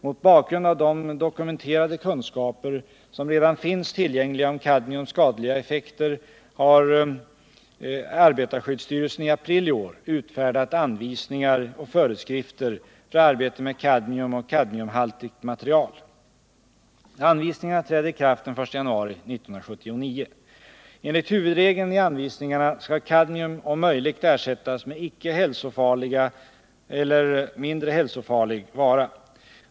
Mot bakgrund av de dokumenterade kunskaper som redan finns tillgängliga om kadmiums skadliga effekter har arbetarskyddsstyrelsen i april i år utfärdat anvisningar och föreskrifter för arbete med kadmium och kadmiumhaltiga material. Anvisningarna träder i kraft den 1 januari 1979. Enligt huvudregeln i anvisningarna skall kadmium om möjigt ersättas med icke hälsofarlig eller mindre hälsofarlig vara.